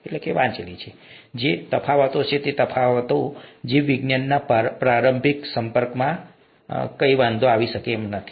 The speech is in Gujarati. ત્યાં તફાવતો છે પરંતુ તે તફાવતો જીવવિજ્ઞાનના પ્રારંભિક સંપર્કમાં કોઈ વાંધો નથી